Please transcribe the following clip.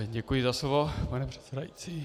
Děkuji za slovo, pane předsedající.